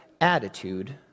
attitude